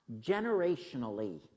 generationally